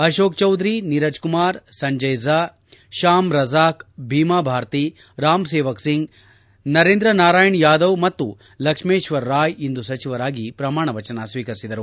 ಅಶೋಕ್ ಚೌಧರಿ ನೀರಜ್ ಕುಮಾರ್ ಸಂಜಯ್ ಝಾ ಶ್ಲಾಮ್ ರಜಾಕ್ ಬೀಮಾ ಭಾರತಿ ರಾಮ್ ಸೇವಕ್ ಸಿಂಗ್ ನರೇಂದ್ರ ನಾರಾಯಣ್ ಯಾದವ್ ಮತ್ತು ಲಕ್ಷ್ಮೇಶ್ವರ ರಾಯ್ ಇಂದು ಸಚಿವರಾಗಿ ಪ್ರಮಾಣ ವಚನ ಸ್ವೀಕರಿಸಿದರು